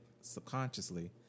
subconsciously